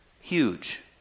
Huge